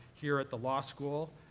here at the law school.